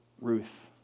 Ruth